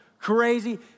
crazy